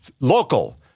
local